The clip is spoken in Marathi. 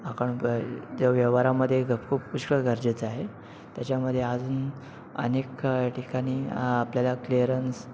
आपण त्या व्यवहारामधे हिशोब खूप पुष्कळ गरजेचा आहे त्याच्यामधे अजून अनेक ठिकाणी आपल्याला क्लिअरन्स